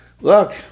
Look